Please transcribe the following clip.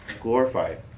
glorified